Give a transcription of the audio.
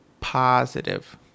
positive